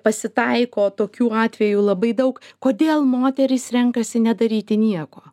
pasitaiko tokių atvejų labai daug kodėl moterys renkasi nedaryti nieko